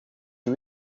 you